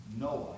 Noah